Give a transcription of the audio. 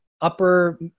upper